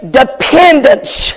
dependence